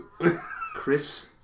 Chris